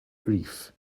reef